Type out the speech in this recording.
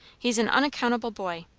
he's an unaccountable boy.